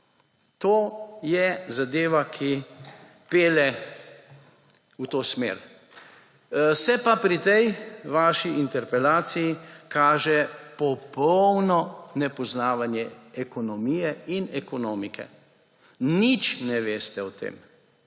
To je zadeva, ki pelje v to smer. Se pa pri tej vaši interpelaciji kaže popolno nepoznavanje ekonomije in ekonomike, nič ne veste o tem.